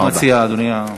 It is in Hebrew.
מה אתה מציע, אדוני?